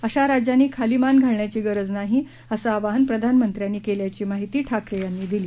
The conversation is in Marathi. अशा राज्यांनी खाली मान घालण्याची गरज नाही असक्रिवाहन प्रधानमंत्र्यांनी कक्रियाची माहिती ठाकरक्रिनी दिली